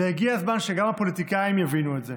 והגיע הזמן שגם הפוליטיקאים יבינו את זה.